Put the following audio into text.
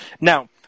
Now